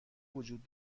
وجود